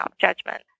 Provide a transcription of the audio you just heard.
judgment